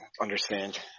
understand